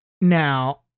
Now